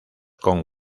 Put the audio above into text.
con